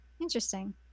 interesting